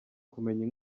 kumenya